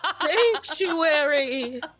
Sanctuary